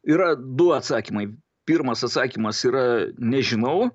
yra du atsakymai pirmas atsakymas yra nežinau